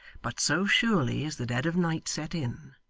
but so surely as the dead of night set in,